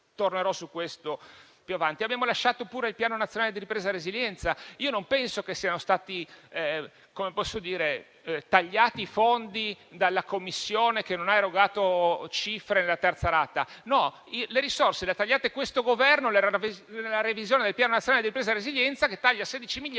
però, su questo più avanti. Abbiamo lasciato anche il Piano nazionale di ripresa e resilienza. Io non penso che siano stati tagliati i fondi dalla Commissione, che non ha erogato cifre nella terza rata. No, le risorse le ha tagliate questo Governo, nella revisione del Piano Nazionale di ripresa e resilienza, che taglia sedici miliardi